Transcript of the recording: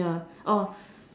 ya